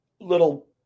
little